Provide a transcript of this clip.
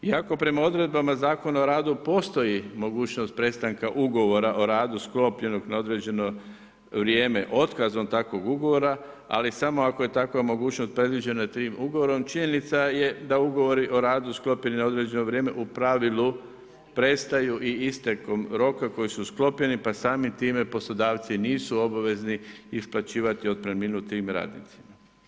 Iako prema odredbama Zakona o radu postoji mogućnost prestanka ugovora o radu sklopljenog na određeno vrijeme otkazom takvog ugovora, ali samo ako je takva mogućnost predviđena tim ugovorom, činjenica je da ugovori o radu sklopljeni na određeno vrijeme u pravilu prestaju i istekom roka koji su sklopljeni pa samim time poslodavci nisu obavezni isplaćivati otpremninu tim radnicima.